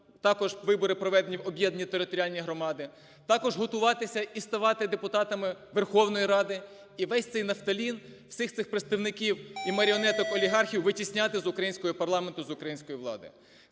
також вибори проведені в об'єднані територіальні громади, також готуватися і ставати депутатами Верховної Ради і весь цей нафталін, всіх цих представників і маріонеток-олігархів витісняти з українського парламенту, з української влади.